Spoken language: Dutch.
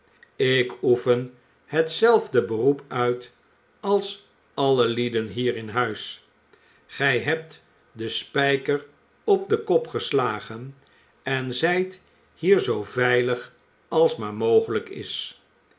lk oefen hetzelfde beroep uit als alle lieden hier in huis oij hebt den spijker op den kop geslagen en zijt hier zoo veilig als maar mogelijk is